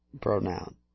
pronoun